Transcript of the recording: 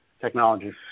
technology